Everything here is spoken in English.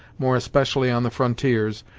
more especially on the frontiers,